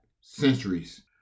centuries